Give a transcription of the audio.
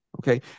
Okay